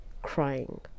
crying